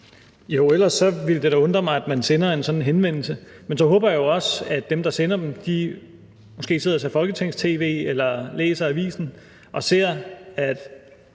Jo, ellers ville det da undre mig, at man sender en sådan henvendelse. Men så håber jeg også, at dem, der sender dem, måske sidder og ser Folketings-tv eller læser avisen og ser, at